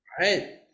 right